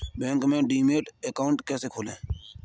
Bank में demat account कैसे खोलें?